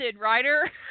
writer